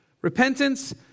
repentance